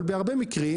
אבל בהרבה מקרים,